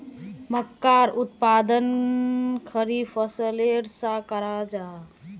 मक्कार उत्पादन खरीफ फसलेर सा कराल जाहा